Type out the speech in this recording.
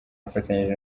afatanyije